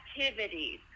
activities